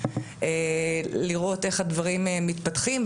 לראות איך הדברים מתפתחים,